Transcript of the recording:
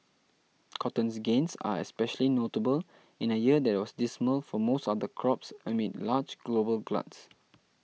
cotton's gains are especially notable in a year that was dismal for most other crops amid large global gluts